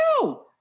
No